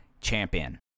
champion